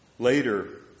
Later